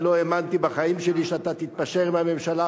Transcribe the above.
אני לא האמנתי בחיים שלי שאתה תתפשר עם הממשלה,